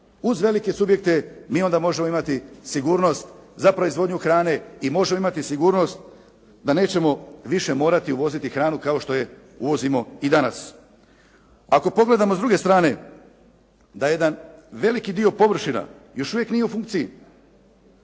Uz velike subjekte mi onda možemo imati sigurnost za proizvodnju hrane i možemo imati sigurnost da nećemo više morati uvoziti hranu kao što je uvozimo i danas. Ako pogledamo s druge strane, da jedan veliki dio površina još nije u funkciji.